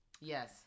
Yes